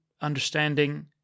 understanding